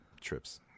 trips